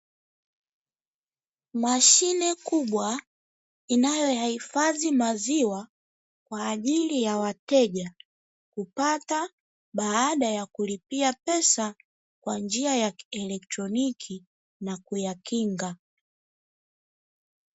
Mashine kubwa inayoyahifadhi maziwa kwa ajili ya wateja kupata baada ya kulipia pesa kwa njia ya kieletroniki na kuyakinga.